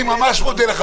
אני ממש מודה לך,